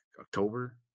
October